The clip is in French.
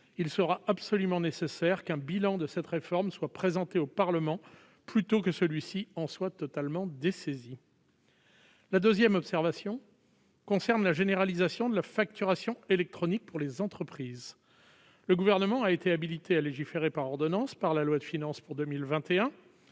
il sera absolument nécessaire qu'un bilan de cette réforme soit présenté au Parlement plutôt que celui-ci en soit totalement dessaisi la deuxième observation concerne la généralisation de la facturation électronique pour les entreprises, le gouvernement a été habilité à légiférer par ordonnances par la loi de finances pour 2021